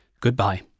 Goodbye